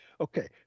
Okay